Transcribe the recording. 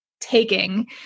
taking